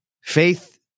Faith